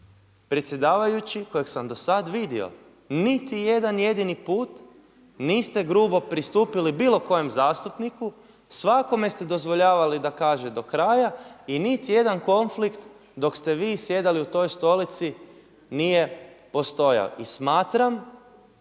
predsjedavajući kojeg sam do sada vidio. Niti jedan jedini put niste grubo pristupili bilo kojem zastupniku, svakome ste dozvoljavali da kaže do kraja i niti jedan konflikt dok ste vi sjedili u toj stolici nije postojao.